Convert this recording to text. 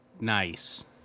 Nice